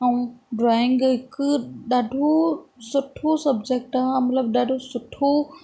drawing हिकु ॾाढो सुठो सब्जेक्ट आहे हा मतिलबु ॾाढो सुठो